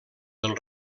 del